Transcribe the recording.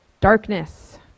darkness